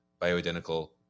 bioidentical